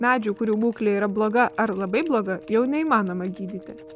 medžių kurių būklė yra bloga ar labai bloga jau neįmanoma gydyti